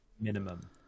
minimum